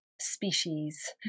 species